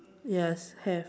yes have